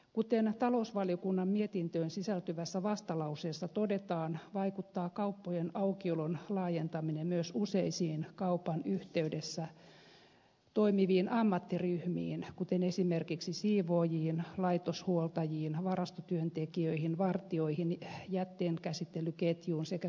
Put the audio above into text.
kuten talousvaliokunnan mietintöön sisältyvässä vastalauseessa todetaan vaikuttaa kauppojen aukiolon laajentaminen myös useisiin kaupan yhteydessä toimiviin ammattiryhmiin kuten esimerkiksi siivoojiin laitoshuoltajiin varastotyöntekijöihin vartijoihin jätteenkäsittelyketjuun sekä kuljetuksiin